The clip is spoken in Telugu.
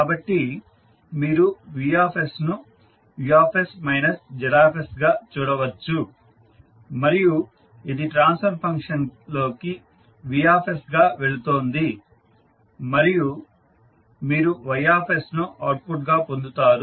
కాబట్టి మీరు V ను Us Z గా చూడవచ్చు మరియు ఇది ట్రాన్స్ఫర్ ఫంక్షన్లోకి Vగా వెళుతుంది మరియు మీరు Y ను అవుట్పుట్ గా పొందుతారు